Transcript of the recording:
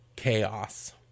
chaos